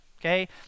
Okay